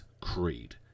Creed